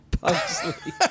Pugsley